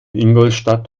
ingolstadt